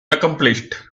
accomplished